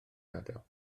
gadael